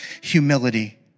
humility